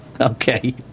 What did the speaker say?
Okay